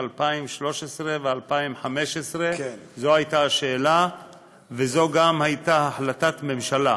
2013 עד 2015. זו הייתה השאלה וזו גם הייתה החלטת ממשלה.